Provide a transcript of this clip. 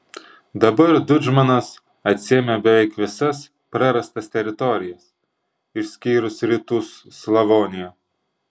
dabar tudžmanas atsiėmė beveik visas prarastas teritorijas išskyrus rytų slavoniją